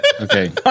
Okay